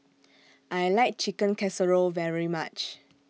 I like Chicken Casserole very much